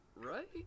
right